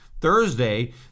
Thursday